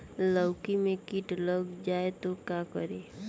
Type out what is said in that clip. लौकी मे किट लग जाए तो का करी?